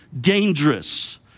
dangerous